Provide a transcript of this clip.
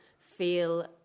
feel